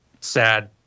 sad